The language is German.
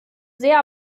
sehr